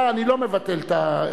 מי נמנע?